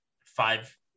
five